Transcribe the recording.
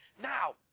now